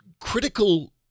Critical